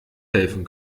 helfen